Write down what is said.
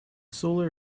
solar